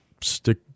stick